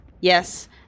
Yes